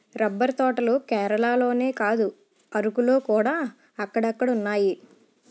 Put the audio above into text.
rubber తోటలు కేరళలోనే కాదు అరకులోకూడా అక్కడక్కడున్నాయి